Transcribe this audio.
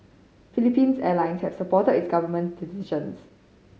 Philippine's Airlines has supported its government decisions